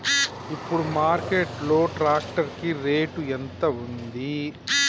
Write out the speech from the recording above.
ఇప్పుడు మార్కెట్ లో ట్రాక్టర్ కి రేటు ఎంత ఉంది?